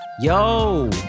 Yo